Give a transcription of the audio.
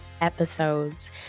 episodes